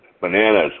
Bananas